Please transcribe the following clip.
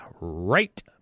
right